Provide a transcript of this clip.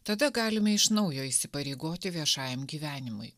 tada galime iš naujo įsipareigoti viešajam gyvenimui